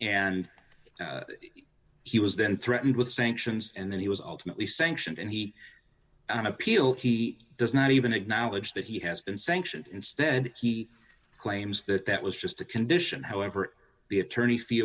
and he was then threatened with sanctions and then he was ultimately sanctioned and he on appeal he does not even acknowledge that he has been sanctioned instead he claims that that was just a condition however the attorney fee